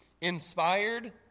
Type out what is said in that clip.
inspired